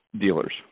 dealers